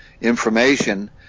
information